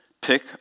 pick